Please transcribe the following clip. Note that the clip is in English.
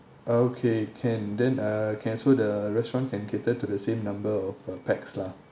uh okay can then uh can so the restaurant can cater to the same number of uh pax lah